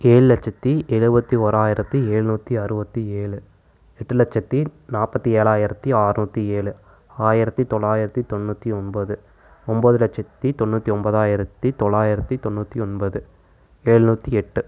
ஏழு லட்சத்தி எழுபத்தி ஒராயிரத்தி ஏழ்நூற்றி அறுபத்தி ஏழு எட்டு லட்சத்தி நாற்பத்தி ஏழாயிரத்தி ஆற்நூற்றி ஏழு ஆயிரத்தி தொள்ளாயிரத்தி தொண்ணுற்றி ஒம்பது ஒம்பது லட்சத்தி தொண்ணுற்றி ஒன்பதாயிரத்தி தொள்ளாயிரத்தி தொண்ணுற்றி ஒன்பது ஏழ்நூற்றி எட்டு